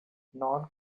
nor